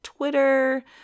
Twitter